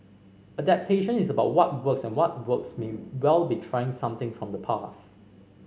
adaptation is about what works and what works may well be trying something from the past